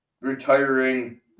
retiring